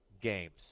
games